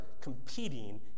competing